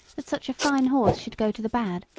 that such a fine horse should go to the bad,